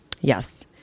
Yes